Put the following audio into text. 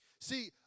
See